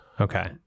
Okay